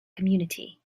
community